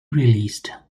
released